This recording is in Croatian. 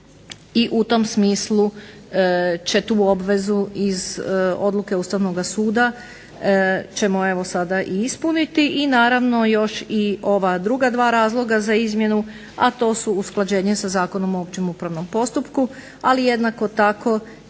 I u tom smislu će tu obvezu iz odluke Ustavnoga suda ćemo evo sada i ispuniti. I naravno još i ova druga dva razloga za izmjenu, a to su usklađenje sa Zakonom o općem upravnom postupku, ali jednako tako